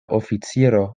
oficiro